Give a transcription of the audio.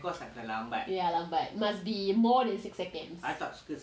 ya lambat must be more than six seconds